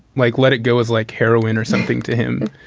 mike let it go was like heroin or something to him